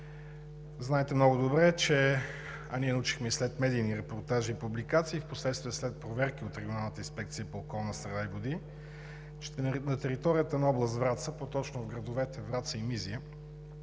Знаете много добре, а ние научихме и след медийни репортажи и публикации, впоследствие след проверки от Регионалната инспекция по околната среда и водите, че на територията на област Враца, по-точно в градовете Враца и Мизия,